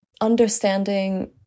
Understanding